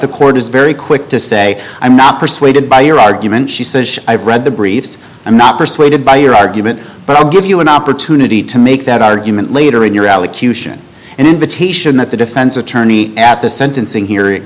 the court is very quick to say i'm not persuaded by your argument she says i've read the briefs i'm not persuaded by your argument but i'll give you an opportunity to make that argument later in your allocution an invitation that the defense attorney at the sentencing hearing